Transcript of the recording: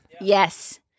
yes